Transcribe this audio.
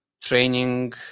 training